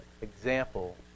example